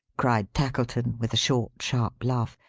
cried tackleton, with a short, sharp laugh.